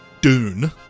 Dune